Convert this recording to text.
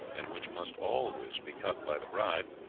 and which must always be cut by the bride,